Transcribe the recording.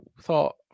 thought